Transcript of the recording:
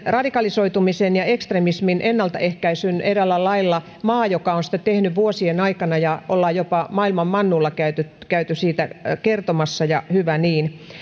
radikalisoitumisen ja ekstremismin ennaltaehkäisyn maa joka on sitä tehnyt vuosien aikana ja ollaan jopa maailman mannuilla käyty käyty siitä kertomassa ja hyvä niin